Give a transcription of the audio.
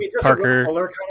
parker